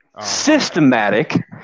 systematic